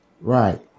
Right